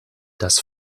das